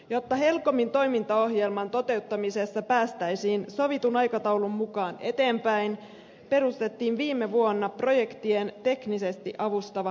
jotta helcomin toimintaohjelman toteuttamisessa päästäisiin sovitun aikataulun mukaan eteenpäin perustettiin viime vuonna projekteja teknisesti avustava rahasto